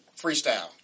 freestyle